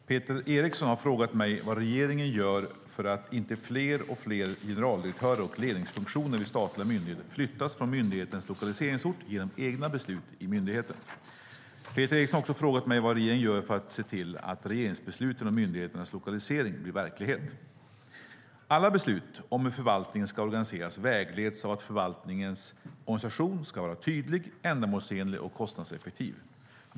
Fru talman! Peter Eriksson har frågat mig vad regeringen gör för att inte fler och fler generaldirektörer och ledningsfunktioner vid statliga myndigheter flyttas från myndighetens lokaliseringsort genom egna beslut i myndigheten. Peter Eriksson har också frågat mig vad regeringen gör för att se till att regeringsbesluten om myndigheternas lokalisering blir verklighet. Alla beslut om hur förvaltningen ska organiseras vägleds av att förvaltningens organisation ska vara tydlig, ändamålsenlig och kostnadseffektiv.